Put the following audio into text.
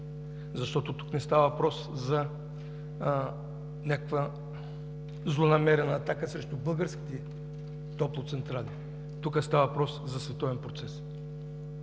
Защото тук става въпрос за някаква злонамерена атака срещу българските топлоцентрали, тук става въпрос за световен процес.